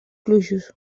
fluixos